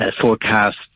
forecast